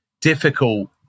difficult